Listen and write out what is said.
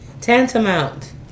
Tantamount